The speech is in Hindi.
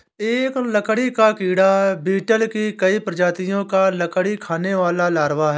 एक लकड़ी का कीड़ा बीटल की कई प्रजातियों का लकड़ी खाने वाला लार्वा है